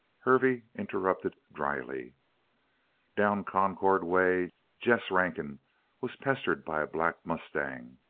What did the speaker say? hervey interrupted dryly down concord way, jess rankin was pestered by a black mustang.